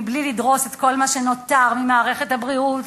בלי לדרוס את כל מה שנותר ממערכת הבריאות,